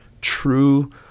true